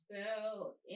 spell